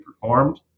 performed